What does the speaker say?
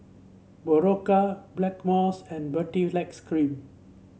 Berocca Blackmores and Baritex Cream